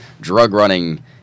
drug-running